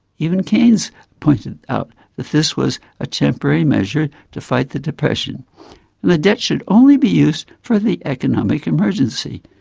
even keynes pointed out that this was a temporary measure to fight the depression and the debt should only be used for the economic emergency.